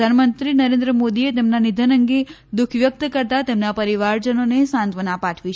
પ્રધાનમંત્રી નરેન્દ્ર મોદીએ તેમના નિધન અંગે દુઃખ વ્યક્ત કરતા તેમના પરિવારજનોને સાંત્વના પાઠવી છે